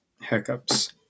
hiccups